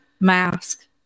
mask